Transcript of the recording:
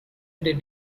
did